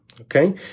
okay